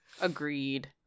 agreed